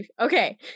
Okay